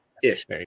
ish